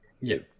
Yes